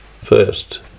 first